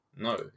No